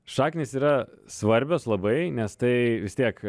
šaknys yra svarbios labai nes tai vis tiek